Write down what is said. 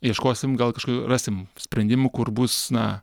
ieškosim gal kažkokių rasim sprendimų kur bus na